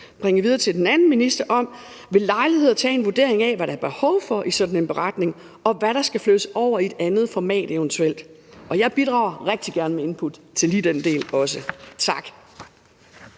kan bringe videre til den anden minister, om ved lejlighed at tage en vurdering af, hvad der er behov for i sådan en beretning, og hvad der eventuelt skal flyttes over i et andet format. Jeg bidrager rigtig gerne også med input til lige den del. Tak.